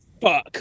fuck